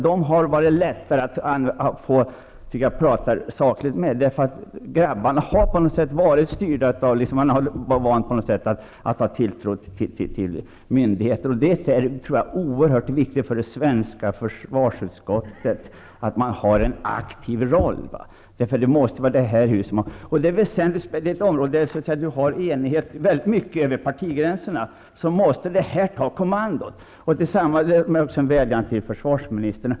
Det har varit lättare att prata sakligt med dem, för grabbarna har på något sätt varit styrda av eller vana vid att ha tilltro till myndigheter. Jag tror att det är oerhört viktigt för det svenska försvarsutskottet att ha en aktiv roll. Det här är ett område där det mycket ofta råder enighet över partigränserna, och då måste utskottet ta kommandot. Detta är samtidigt en vädjan till försvarsministern.